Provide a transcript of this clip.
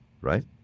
Right